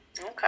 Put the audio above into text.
Okay